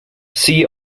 see